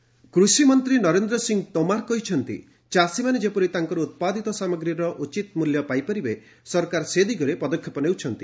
ନରେନ୍ଦ୍ର ସିଂ ତୋମର କୃଷି ମନ୍ତ୍ରୀ ନରେନ୍ଦ୍ର ସିଂହ ତୋମାର କହିଛନ୍ତି ଚାଷୀମାନେ ଯେପରି ତାଙ୍କ ଉତ୍ପାଦିତ ସାମଗ୍ରୀର ଉଚିତ୍ ମୂଲ୍ୟ ପାଇପାରିବେ ସରକାର ସେ ଦିଗରେ ପଦକ୍ଷେପ ନେଉଛନ୍ତି